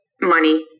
money